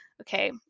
okay